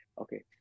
okay